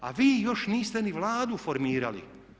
A vi još niste ni Vladu formirali.